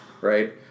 right